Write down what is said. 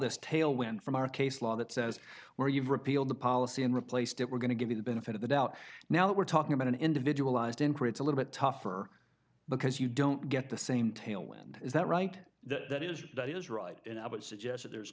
this tailwind from our case law that says where you've repealed the policy and replaced it we're going to give you the benefit of the doubt now we're talking about an individual ised in creates a little bit tougher because you don't get the same tailwind is that right that that is that is right and i would suggest that there's